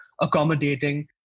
accommodating